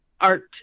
art